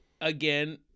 again